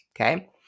okay